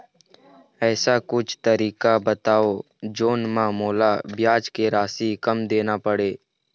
ऐसे कुछू तरीका बताव जोन म मोला ब्याज के राशि कम देना पड़े?